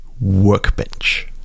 workbench